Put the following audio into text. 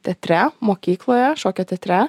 teatre mokykloje šokio teatre